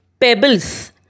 pebbles